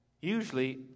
Usually